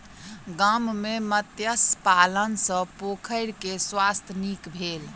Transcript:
गाम में मत्स्य पालन सॅ पोखैर के स्वास्थ्य नीक भेल